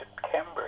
September